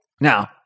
Now